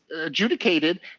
adjudicated